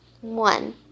One